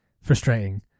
frustrating